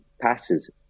passes